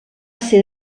ser